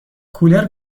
کولر